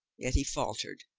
yet he faltered.